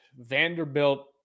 Vanderbilt